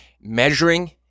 measuring